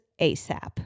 ASAP